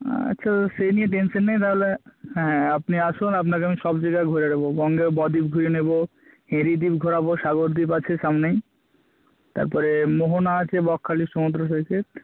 আচ্ছা সে নিয়ে টেনশেন নেই তাহলে হ্যাঁ আপনি আসুন আপনাকে আমি সব জায়গায় ঘুরিয়ে দেব বঙ্গেয় বদ্বীপ ঘুরিয়ে নেব হেরি দ্বীপ ঘোরাব সাগর দ্বীপ আছে সামনেই তারপরে মোহনা আছে বকখালির সমুদ্র সৈকত